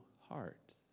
heart